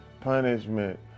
punishment